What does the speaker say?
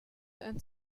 and